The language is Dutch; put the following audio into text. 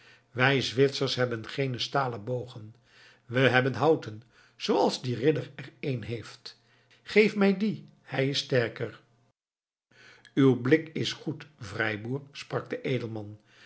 wij zwitsers hebben geene stalen bogen we hebben houten zooals die ridder er een heeft geef mij dien hij is sterker uw blik is goed vrijboer sprak de edelman